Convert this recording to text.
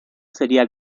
sería